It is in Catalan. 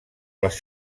les